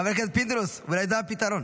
חבר הכנסת פינדרוס, אולי זה הפתרון.